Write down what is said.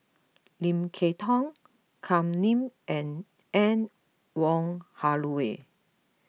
Lim Kay Tong Kam Ning and Anne Wong Holloway